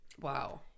Wow